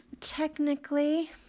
technically